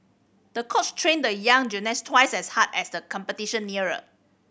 the coach trained the young gymnast twice as hard as the competition neared